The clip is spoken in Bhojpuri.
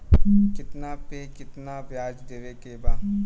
कितना पे कितना व्याज देवे के बा?